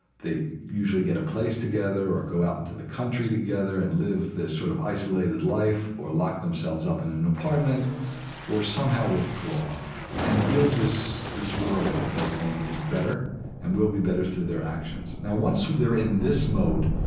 they usually get a place together or go out into the country together and live their sort of isolated life or lock themselves up and in an apartment or somehow withdraw and build this this world that they think is better and will be better through their actions now once they're in this mode,